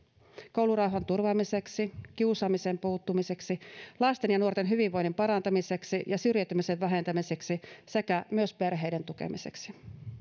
koulurauhan turvaamiseksi kiusaamiseen puuttumiseksi lasten ja nuorten hyvinvoinnin parantamiseksi ja syrjäytymisen vähentämiseksi sekä myös perheiden tukemiseksi